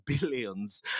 billions